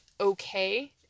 okay